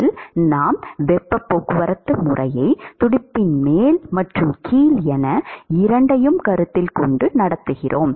ஏனெனில் நாம் வெப்பப் போக்குவரத்து முறையை துடுப்பின் மேல் மற்றும் கீழ் என இரண்டையும் கருத்தில் கொண்டு நடத்துகிறோம்